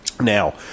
Now